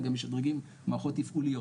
אלא גם משדרגים מערכות תפעוליות.